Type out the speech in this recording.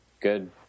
good